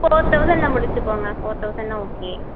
four தௌசண்ட்னில் முடித்துக்கோங்க four தௌசண்ட்னால் ஓகே